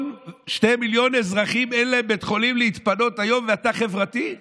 לשני מיליון אזרחים אין בית חולים להתפנות אליו היום ואתה חברתי?